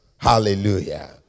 Hallelujah